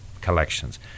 collections